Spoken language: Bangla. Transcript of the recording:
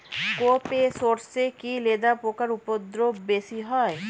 কোপ ই সরষে কি লেদা পোকার উপদ্রব বেশি হয়?